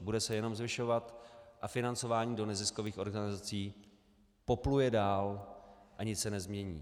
Bude se jenom zvyšovat a financování do neziskových organizací popluje dál a nic se nezmění.